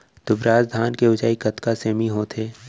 दुबराज धान के ऊँचाई कतका सेमी होथे?